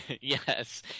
Yes